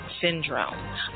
syndrome